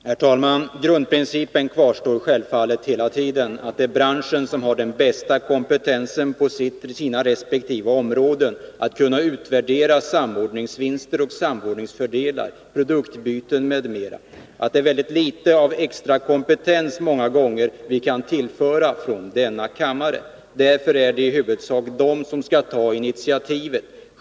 Herr talman! Grundprincipen kvarstår självfallet: det är branschen som har den bästa kompetensen på sina resp. områden, att kunna utvärdera samordningsvinster och samordningsfördelar, produktbyten m.m. Det är många gånger mycket litet av extra kompetens som vi kan tillföra från denna kammare. Därför är det i huvudsak branschen som skall ta initiativ.